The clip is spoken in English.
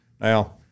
Now